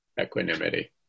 equanimity